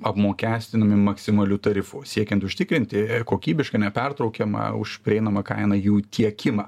apmokestinami maksimaliu tarifu siekiant užtikrinti kokybišką nepertraukiamą už prieinamą kainą jų tiekimą